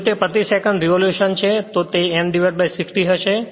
જો તે પ્રતિ સેકંડ રેવોલુશનછે તો તે N 60 હશે